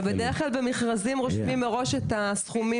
בדרך כלל במכרזים רושמים מראש את הסכומים,